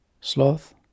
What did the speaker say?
Sloth